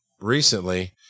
recently